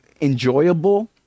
enjoyable